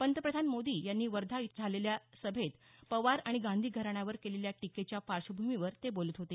पंतप्रधान मोदी यांनी वर्धा इथं झालेल्या जाहीर सभेत पवार आणि गांधी घराण्यावर केलेल्या टीकेच्या पार्श्वभूमीवर ते बोलत होते